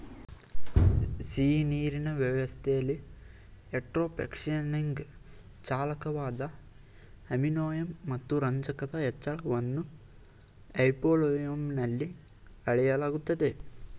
ಸಿಹಿನೀರಿನ ವ್ಯವಸ್ಥೆಲಿ ಯೂಟ್ರೋಫಿಕೇಶನ್ಗೆ ಚಾಲಕವಾದ ಅಮೋನಿಯಂ ಮತ್ತು ರಂಜಕದ ಹೆಚ್ಚಳವನ್ನು ಹೈಪೋಲಿಯಂನಲ್ಲಿ ಅಳೆಯಲಾಗ್ತದೆ